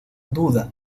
duda